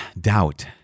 doubt